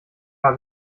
habe